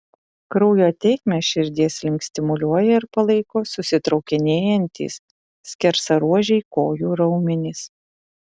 kraujo tėkmę širdies link stimuliuoja ir palaiko susitraukinėjantys skersaruožiai kojų raumenys